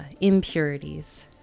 impurities